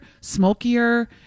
smokier